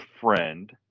friend